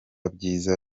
byiza